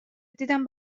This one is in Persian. دیدم